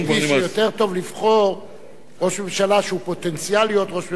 אתה מסכים אתי שיותר טוב לבחור ראש ממשלה עם פוטנציאל להיות ראש ממשלה,